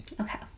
okay